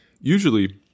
Usually